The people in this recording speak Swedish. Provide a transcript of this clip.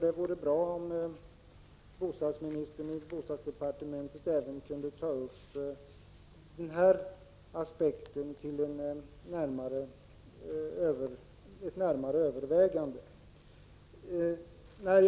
Det vore bra om bostadsministern kunde ta upp även den aspekten till ett närmare övervägande inom bostadsdepartementet.